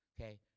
Okay